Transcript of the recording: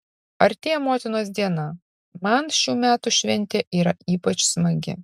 artėja motinos diena man šių metų šventė yra ypač smagi